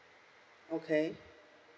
okay